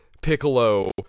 Piccolo